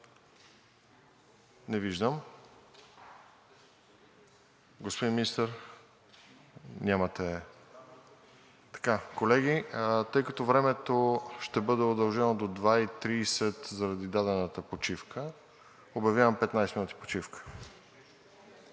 Не виждам. Вие, господин Министър? Нямате. Колеги, тъй като времето ще бъде удължено до 14,30 ч. заради дадената почивка, обявявам 15 минути почивка.